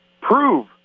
prove